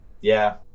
Yeah